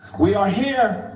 we are here,